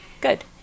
good